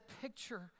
picture